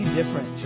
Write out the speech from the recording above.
different